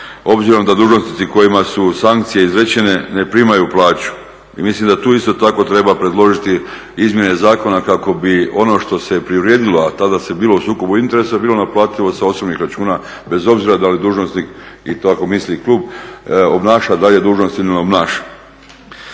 obzirom da dužnosnici kojima su sankcije izrečene ne primaju plaću. I mislim da tu isto tako treba predložiti izmjene zakona kako bi ono što se preuredilo, a tada se bilo u sukobu interesa bilo naplativo sa osobnih računa bez obzira da li dužnosnik i tako misli klub, obnaša dalje dužnosti ili ne obnaša.